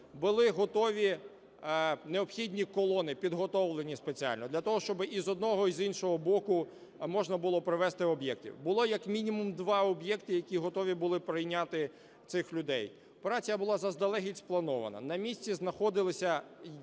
необхідні колони, підготовлені спеціально, для того, щоб і з одного, і з іншого боку можна було провезти об'єктів. Було як мінімум два об'єкти, як готові були прийняти цих людей. Операція була заздалегідь спланована. На місці знаходилися міністри,